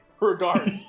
Regards